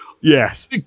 Yes